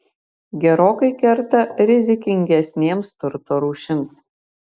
gerokai kerta rizikingesnėms turto rūšims